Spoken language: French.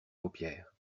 paupières